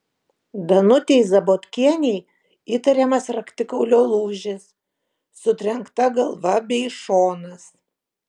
danutei zabotkienei įtariamas raktikaulio lūžis sutrenkta galva bei šonas